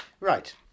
Right